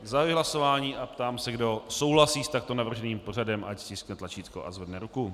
Zahajuji hlasování a ptám se, kdo souhlasí s takto navrženým pořadem, ať stiskne tlačítko a zvedne ruku.